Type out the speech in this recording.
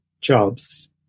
jobs